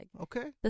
Okay